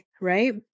right